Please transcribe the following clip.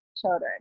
children